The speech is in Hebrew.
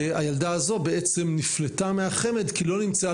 הילדה הזאת בעצם נפלטה מהחמ"ד כי לא נמצאה